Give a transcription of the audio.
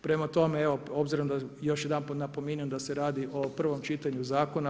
Prema tome, evo obzirom da još jedanput napominjem da se radi o prvom čitanju zakona.